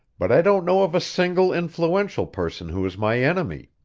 but i don't know of a single influential person who is my enemy.